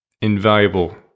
invaluable